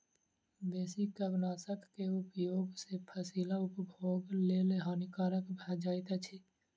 बेसी कवकनाशक के उपयोग सॅ फसील उपभोगक लेल हानिकारक भ जाइत अछि